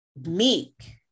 meek